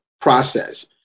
process